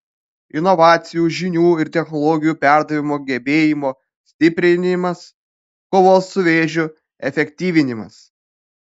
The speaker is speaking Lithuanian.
inovacijų žinių ir technologijų perdavimo gebėjimo stiprinimas kovos su vėžiu efektyvinimas